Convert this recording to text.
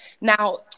Now